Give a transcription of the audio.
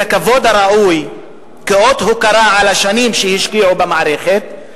את הכבוד הראוי כאות הוקרה על השנים שהשקיעו במערכת,